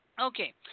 Okay